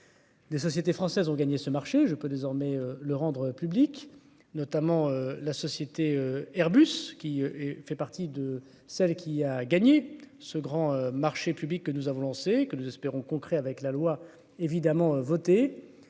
Des sociétés françaises ont gagné ce marché je peux désormais le rendre public, notamment la société Airbus qui fait partie de celle qui a gagné ce grand marché public que nous avons lancé que nous espérons concret avec la loi évidemment voter,